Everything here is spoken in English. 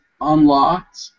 unlocked